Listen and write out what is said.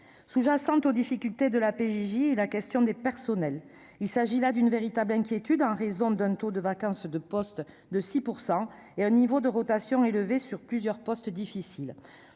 Sous-jacente aux difficultés de la PJJ est la question des personnels. Il s'agit là d'une véritable inquiétude, en raison d'un taux de vacance de postes de 6 % et d'un niveau de rotation élevé sur plusieurs postes difficiles.